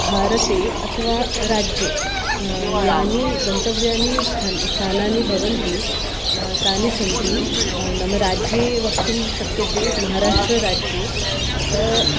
भारते अथवा राज्ये यानि गन्तव्यानि स्थ स्थानानि भवन्ति तानि सन्ति नाम राज्ये वक्तुं शक्यते महाराष्ट्रराज्ये अत्र